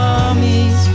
armies